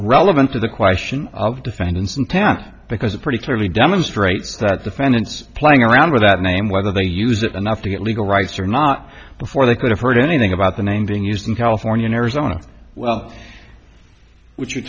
relevant to the question of defendant's intent because it pretty clearly demonstrates that defendants playing around with that name whether they use it enough to get legal rights or not before they could have heard anything about the name being used in california arizona well which you're